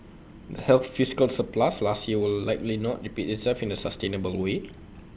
the healthy fiscal surplus last year will likely not repeat itself in A sustainable way